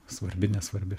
svarbi nesvarbi